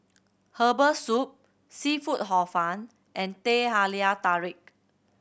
herbal soup seafood Hor Fun and Teh Halia Tarik